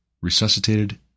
resuscitated